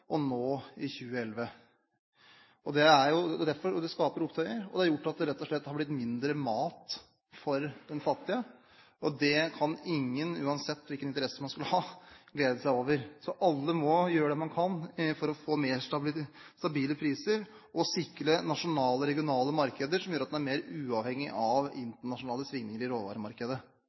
og nå i 2011. Det skaper opptøyer, og det har gjort at det rett og slett har blitt mindre mat for de fattige. Det kan ingen, uansett hvilken interesse man skulle ha, glede seg over. Så alle må gjøre det man kan for å få mer stabile priser og sikre nasjonale og regionale markeder, som gjør at man er mer uavhengig av internasjonale svingninger i råvaremarkedet.